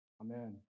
Amen